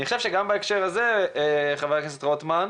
גם בהקשר הזה, חבר הכנסת רוטמן,